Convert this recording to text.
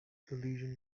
legion